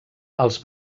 els